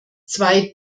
zwei